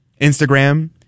Instagram